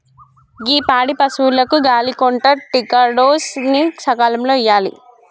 గీ పాడి పసువులకు గాలి కొంటా టికాడోస్ ని సకాలంలో ఇయ్యాలి